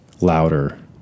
louder